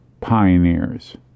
pioneers